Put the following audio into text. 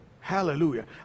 hallelujah